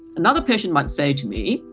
another patient might say to me,